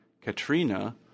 Katrina